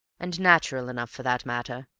and natural enough for that matter.